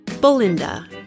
Belinda